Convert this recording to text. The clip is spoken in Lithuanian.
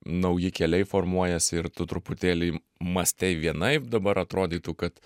nauji keliai formuojasi ir tu truputėlį mąstei vienaip dabar atrodytų kad